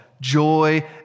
joy